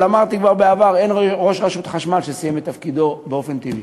אבל אמרתי כבר בעבר: אין ראש רשות חשמל שסיים את תפקידו באופן טבעי,